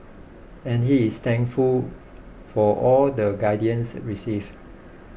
and he is thankful for all the guidance received